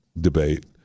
debate